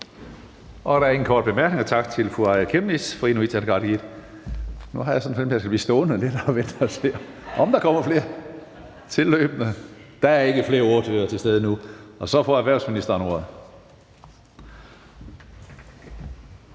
Der er ingen korte bemærkninger. Tak til fru Aaja Chemnitz fra Inuit Ataqatigiit. Nu har jeg sådan en fornemmelse af, at jeg skal blive stående lidt og vente og se, om der kommer flere tilløbende. Der er ikke flere ordførere til stede nu. Så får erhvervsministeren ordet.